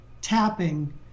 tapping